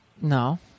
No